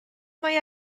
mae